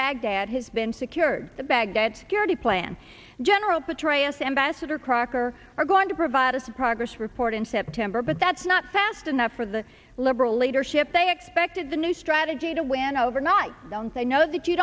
baghdad has been secured the baghdad security plan general petraeus ambassador crocker are going to provide us a progress report in september but that's not fast enough for the liberal leadership they expected the new strategy to win over not they know that you